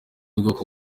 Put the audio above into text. bwoko